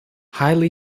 highly